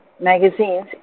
magazines